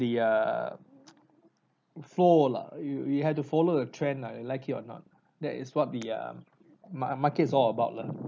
the err flow lah you you have to follow the trend nah you you like it or not that is what the uh ma~ market is all about lah